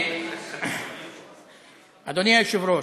אדוני היושב-ראש,